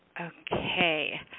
Okay